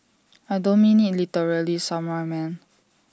I don't mean IT literally samurai man